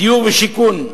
דיור ושיכון,